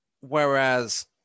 whereas